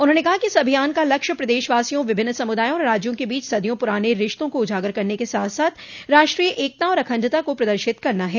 उन्होंने कहा कि इस अभियान का लक्ष्य प्रदशवासियों विभिन्न समुदायों और राज्यों के बीच सदियों पुराने रिश्तों को उजागर करने के साथ साथ राष्ट्रीय एकता और अखंडता को प्रदर्शित करना है